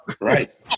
right